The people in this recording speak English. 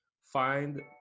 find